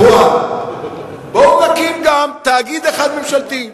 בואו נקים גם תאגיד אחד ממשלתי,